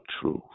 truth